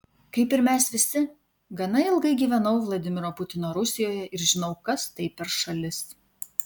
kaip ir mes visi gana ilgai gyvenau vladimiro putino rusijoje ir žinau kas tai per šalis